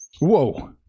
Whoa